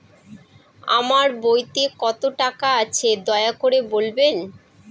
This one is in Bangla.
আমার বইতে কত টাকা আছে দয়া করে বলবেন?